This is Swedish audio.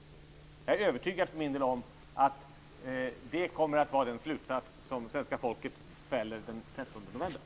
För min del är jag övertygad om att det blir slutsatsen som svenska folket drar den 13 november.